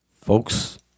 folks